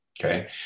Okay